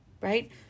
right